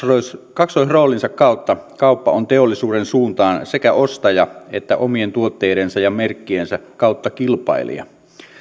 kaksoisroolinsa kautta kauppa on teollisuuden suuntaan sekä ostaja että omien tuotteidensa ja merkkiensä kautta kilpailija